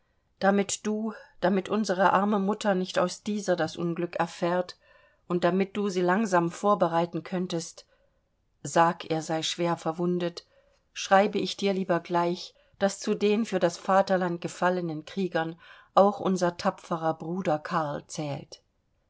damit du damit unsere arme mutter nicht aus dieser das unglück erfährt und damit du sie langsam vorbereiten könnest sag er sei schwer verwundet schreibe ich dir lieber gleich daß zu den für das vaterland gefallenen kriegern auch unser tapferer bruder karl zählt